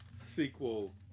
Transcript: sequel